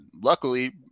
Luckily